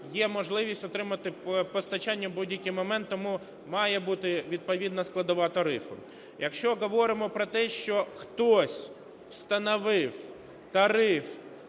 є можливість отримати постачання в будь-який момент, тому має бути відповідна складова тарифу. Якщо говоримо про те, що хтось встановив тариф